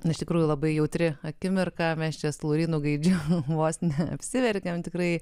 na iš tikrųjų labai jautri akimirka mes čia su laurynu gaidžiu vos neapsiverkėme tikrai